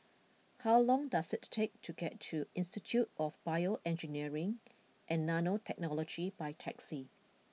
how long does it take to get to Institute of BioEngineering and Nanotechnology by taxi